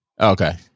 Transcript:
Okay